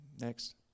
Next